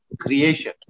creation